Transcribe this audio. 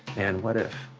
and what if.